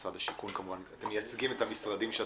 משרד השיכון - אתם מייצגים את המשרדים.